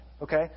Okay